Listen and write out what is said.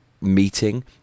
meeting